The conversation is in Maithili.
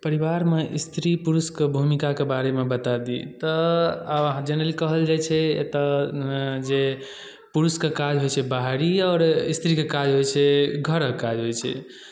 परिवारमे स्त्री पुरुषके भूमिकाके बारेमे बता दी तऽ आब अहाँ जनरली कहल जाइ छै एतय जे पुरुषके काज होइ छै बाहरी आओर स्त्रीके काज होइ छै घरक काज होइ छै